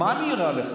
מה נראה לך,